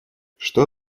что